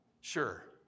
sure